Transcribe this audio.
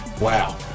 wow